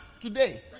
today